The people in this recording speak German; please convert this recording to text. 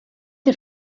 der